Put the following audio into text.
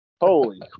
Holy